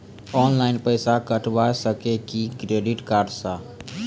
Online पैसा कटवा सकेली का क्रेडिट कार्ड सा?